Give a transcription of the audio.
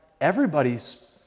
everybody's